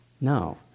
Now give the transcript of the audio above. No